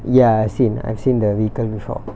ya I've seen I've seen the vehicle shop